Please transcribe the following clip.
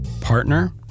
Partner